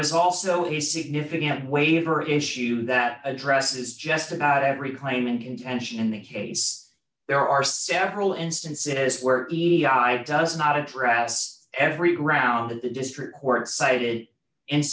is also a significant waiver issue that addresses just about every claim in contention in the case there are several instances where he does not address every round that the district court cited in